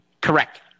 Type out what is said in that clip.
Correct